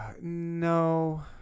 No